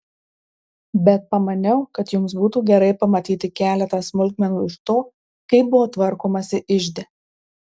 bet pamaniau kad jums būtų gerai pamatyti keletą smulkmenų iš to kaip buvo tvarkomasi ižde